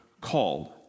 called